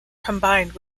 combined